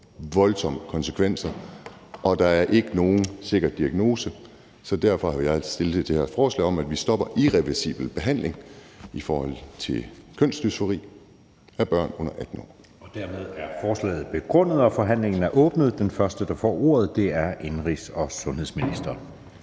voldsomme konsekvenser, og der er ikke nogen sikker diagnose. Så derfor har jeg fremsat det her forslag om, at vi stopper irreversibel behandling for kønsdysfori af børn under 18 år. Kl. 19:35 Anden næstformand (Jeppe Søe): Dermed er forslaget begrundet. Forhandlingen er åbnet. Den første, der får ordet, er indenrigs- og sundhedsministeren.